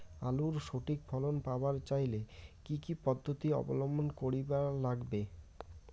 আলুর সঠিক ফলন পাবার চাইলে কি কি পদ্ধতি অবলম্বন করিবার লাগবে?